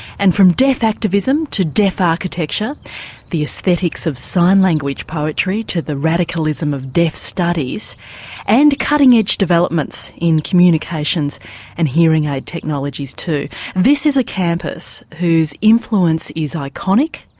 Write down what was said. and from deaf activism to deaf architecture from the aesthetics of sign language poetry to the radicalism of deaf studies and cutting edge developments in communications and hearing aid technologies too this is a campus whose influence is iconic,